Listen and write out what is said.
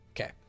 Okay